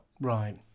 Right